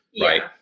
Right